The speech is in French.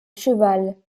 cheval